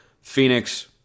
Phoenix